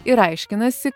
ir aiškinasi